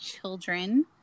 children